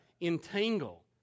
entangle